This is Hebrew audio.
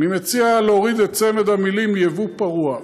אני מציע להוריד את צמד המילים "יבוא פרוע".